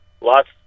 lots